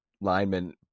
lineman